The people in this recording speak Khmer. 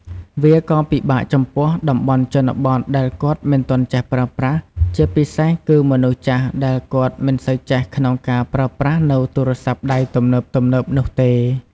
វាក៏ពិបាកចំពោះតំបន់ជនបទដែលគាត់មិនទាន់ចេះប្រើប្រាស់ ជាពិសេសគឺមនុស្សចាស់ដែលគាត់មិនសូវចេះក្នុងការប្រើប្រាស់នូវទូរស័ព្ទដៃទំនើបៗនោះទេ។